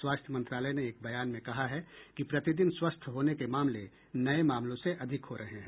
स्वास्थ्य मंत्रालय ने एक बयान में कहा है कि प्रतिदिन स्वस्थ होने के मामले नए मामलों से अधिक हो रहे हैं